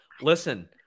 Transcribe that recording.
listen